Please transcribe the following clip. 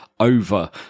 over